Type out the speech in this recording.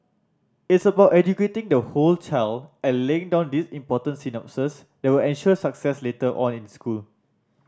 it's about educating the whole child and laying down these important synapses that will ensure success later on in school